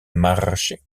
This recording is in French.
marché